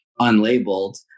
unlabeled